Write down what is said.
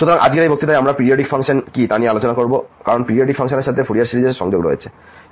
সুতরাং আজকের এই বক্তৃতায় আমরা পিরিয়ডিক ফাংশান কী তা নিয়ে আলোচনা করব কারণ পিরিয়ডিক ফাংশনের সাথে ফুরিয়ার সিরিজের সংযোগ রয়েছে